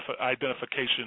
identification